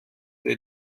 der